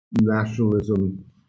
nationalism